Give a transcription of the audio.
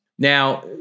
Now